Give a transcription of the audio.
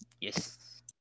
Yes